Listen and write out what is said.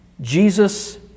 Jesus